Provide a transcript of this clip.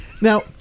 Now